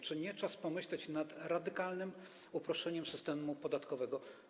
Czy nie czas pomyśleć nad radykalnym uproszczeniem systemu podatkowego?